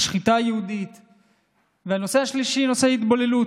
השחיטה, והנושא השלישי הוא נושא ההתבוללות,